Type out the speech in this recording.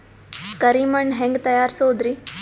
ಕರಿ ಮಣ್ ಹೆಂಗ್ ತಯಾರಸೋದರಿ?